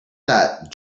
that